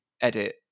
edit